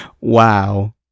Wow